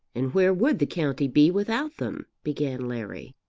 and where would the county be without them? began larry.